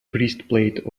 breastplate